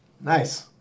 Nice